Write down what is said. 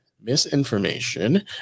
Misinformation